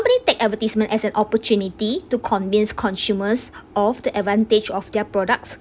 company take advertisement as an opportunity to convince consumers of the advantage of their products